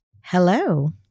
Hello